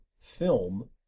film